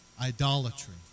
Idolatry